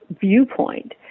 viewpoint